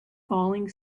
falling